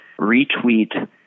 retweet